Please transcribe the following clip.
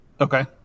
okay